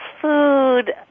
food